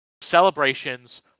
Celebrations